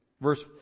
Verse